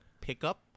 pickup